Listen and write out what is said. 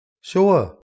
Sure